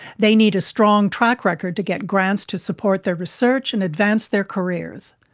they need a strong track record to get grants to support their research and advance their careers.